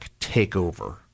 takeover